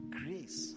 grace